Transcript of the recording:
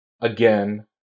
again